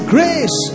grace